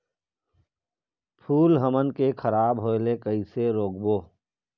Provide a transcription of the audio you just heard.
फूल हमन के खराब होए ले कैसे रोकबो?